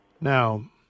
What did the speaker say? Now